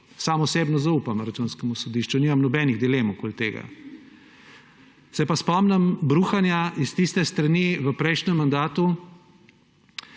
Sam osebno zaupam Računskemu sodišču, nimam nobenih dilem okoli tega. Se pa spomnim bruhanja s tiste strani v prejšnjem mandatu,